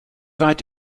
weit